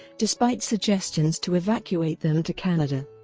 despite suggestions to evacuate them to canada.